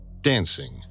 dancing